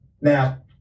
Now